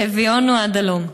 הביאונו עד הלום.